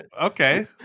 okay